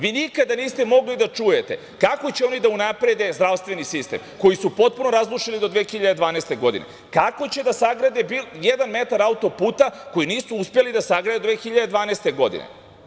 Vi nikada niste mogli da čujete kako će oni da unaprede zdravstveni sistem koji su potpuno razrušili do 2012. godine, kako će da sagrade jedan metar autoputa koji nisu uspeli da sagrade do 2012. godine.